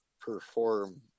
perform